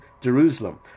Jerusalem